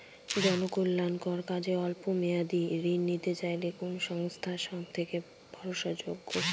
জনকল্যাণকর কাজে অল্প মেয়াদী ঋণ নিতে চাইলে কোন সংস্থা সবথেকে ভরসাযোগ্য?